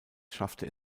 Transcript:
schaffte